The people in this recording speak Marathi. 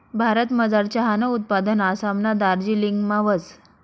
भारतमझार चहानं उत्पादन आसामना दार्जिलिंगमा व्हस